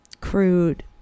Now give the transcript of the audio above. crude